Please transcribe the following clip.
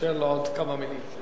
אאפשר לו עוד כמה מלים.